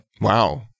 wow